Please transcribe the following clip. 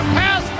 pass